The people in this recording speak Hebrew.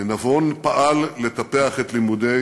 נבון פעל לטפח את לימודי